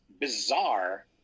bizarre